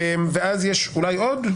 ואז יש אולי עוד,